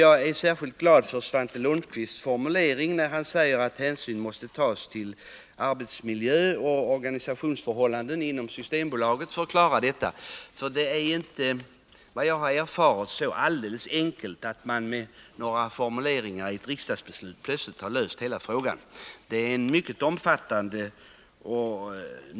Jag är särskilt glad för Svante Lundkvists formulering, när han säger att hänsyn måste tas till arbetsmiljö och organisationsförhållanden inom Systembolaget för att klara denna hantering. Efter vad jag har erfarit är det nämligen inte så alldeles enkelt att man med några formuleringar i ett riksdagsbeslut plötsligt kar lösa hela denna fråga.